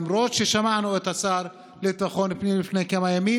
למרות ששמענו את השר לביטחון פנים לפני כמה ימים